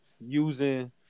using